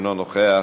אינו נוכח,